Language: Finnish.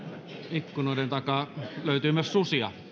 ikkunoiden takaa löytyy myös susia